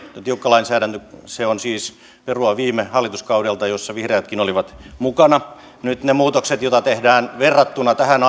tiukka lainsäädäntö se on siis perua viime hallituskaudelta jossa vihreätkin olivat mukana nyt ne muutokset joita tehdään verrattuna tähän